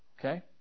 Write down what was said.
Okay